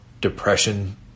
Depression